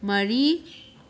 ꯃꯔꯤ